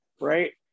right